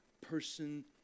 person